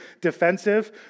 defensive